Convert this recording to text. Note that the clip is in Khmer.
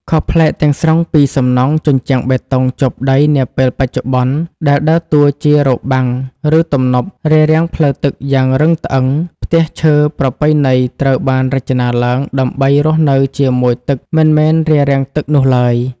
ខុសប្លែកទាំងស្រុងពីសំណង់ជញ្ជាំងបេតុងជាប់ដីនាពេលបច្ចុប្បន្ន ដែលដើរតួជា របាំង ឬទំនប់ រារាំងផ្លូវទឹកយ៉ាងរឹងត្អឹង ផ្ទះឈើប្រពៃណីត្រូវបានរចនាឡើងដើម្បីរស់នៅជាមួយទឹកមិនមែនរារាំងទឹកនោះឡើយ។